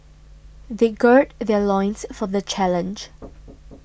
they gird their loins for the challenge